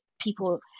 people